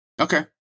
Okay